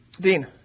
Dean